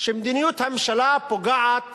שמדיניות הממשלה פוגעת